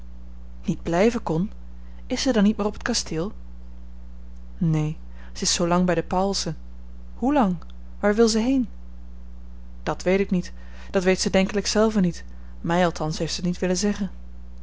niet blijven kon is zij dan niet meer op het kasteel neen zij is zoolang bij de pauwelsen hoe lang waar wil zij heen dat weet ik niet dat weet ze denkelijk zelve niet mij althans heeft ze t niet willen zeggen